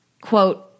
Quote